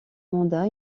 mandat